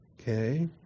Okay